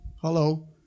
Hello